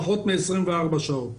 פחות מ-24 שעות.